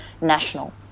national